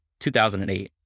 2008